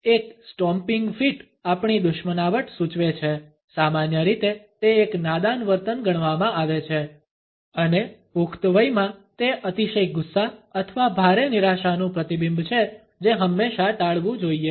એક stomping fit આપણી દુશ્મનાવટ સૂચવે છે સામાન્ય રીતે તે એક નાદાન વર્તન ગણવામાં આવે છે અને પુખ્ત વયમાં તે અતિશય ગુસ્સા અથવા ભારે નિરાશાનું પ્રતિબિંબ છે જે હંમેશા ટાળવું જોઈએ